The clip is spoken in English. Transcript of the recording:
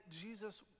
Jesus